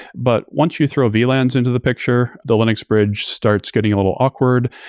but once you throw vlans into the picture, the linux bridge starts getting a little awkward.